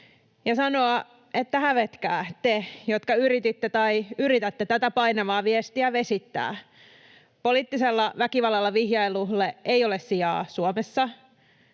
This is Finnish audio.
ja sanoa, että hävetkää, te, jotka yrititte tai yritätte tätä painavaa viestiä vesittää. Poliittisella väkivallalla vihjailulle ei ole sijaa Suomessa,